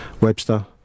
Webster